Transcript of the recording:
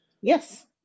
Yes